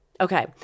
Okay